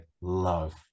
love